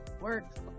Works